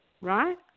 right